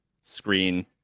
screen